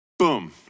boom